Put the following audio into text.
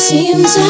Seems